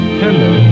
hello